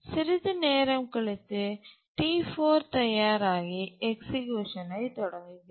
சிறிது நேரம் கழித்து T4 தயாராகி எக்சிக்யூஷன் ஐ தொடங்குகிறது